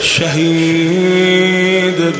Shahid